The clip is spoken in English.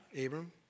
Abram